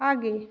आगे